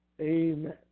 Amen